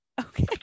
Okay